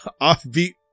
off-beat